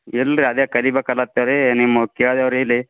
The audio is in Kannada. ಇಲ್ಲ ರೀ ಅದೇ ಕಲಿಬೇಕಲತ್ತೇರಿ ನಿಮಗೆ ಕೇಳೇವ್ರಿ ಇಲ್ಲಿ